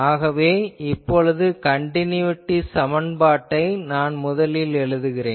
ஆகவே இப்பொழுது கன்டினியுட்டி சமன்பாட்டை நான் முதலில் எழுதுகிறேன்